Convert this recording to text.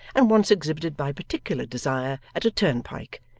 and once exhibited by particular desire at a turnpike,